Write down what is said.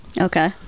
Okay